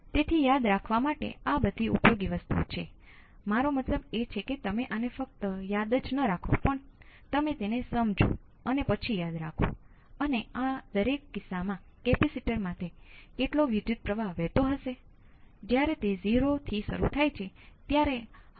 તેથી છેવટે આ સ્વરૂપનો ઉકેલ એ હશે મારો મતલબ કે મેં તેને વોલ્ટેજની દ્રષ્ટિએ લખ્યું છે પરંતુ તે વિદ્યુત પ્રવાહ સ્રોત હોઈ શકે છે આ 0 છે